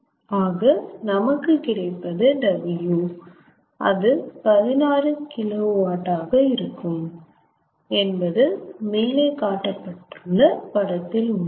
ஆக நமக்கு கிடைப்பது W அது 16KW ஆக இருக்கும் என்பது மேலே காட்டப்பட்டுள்ள படத்தில் உள்ளது